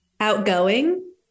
outgoing